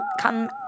come